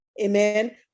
amen